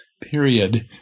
period